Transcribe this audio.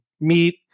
meet